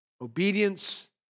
Obedience